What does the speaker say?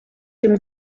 dem